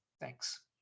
thanks